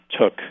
took